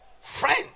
Friend